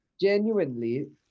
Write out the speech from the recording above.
genuinely